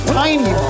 tiny